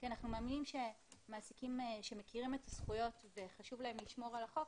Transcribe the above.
כי אנחנו מאמינים שמעסיקים שמכירים את הזכויות וחשוב להם לשמור על החוק,